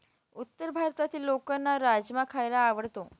उत्तर भारतातील लोकांना राजमा खायला आवडतो